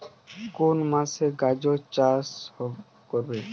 কোন মাসে গাজর চাষ করব?